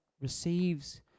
receives